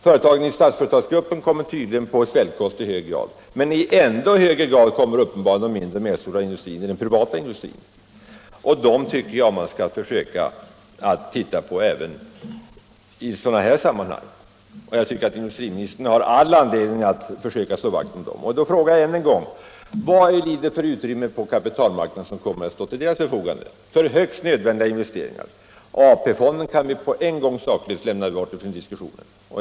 Företagen i Statsföretagsgruppen kommer tydligen på svältkost, men detta gäller i ännu högre grad de mindre och medelstora företagen i den privata industrin. Dessa företag tycker jag att man bör ta med i bilden även i sådana här sammanhang. Jag tycker att industriministern har all anledning att försöka slå vakt om dessa företag. Jag frågar än en gång: Vilket utrymme på kapitalmarknaden kommer att stå till deras förfogande för högst nödvändiga investeringar? AP-fonden kan vi på en gång saklöst föra bort ur diskussionen.